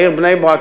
בעיר בני-ברק,